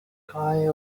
guy